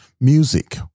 music